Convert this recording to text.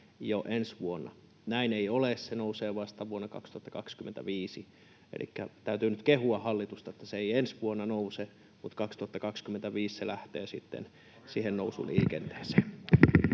jo ensi vuonna. Näin ei ole: se nousee vasta vuonna 2025. Elikkä täytyy nyt kehua hallitusta, että se ei ensi vuonna nouse, mutta 2025 se lähtee sitten siihen nousuliikenteeseen.